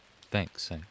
Thanks